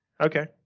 Okay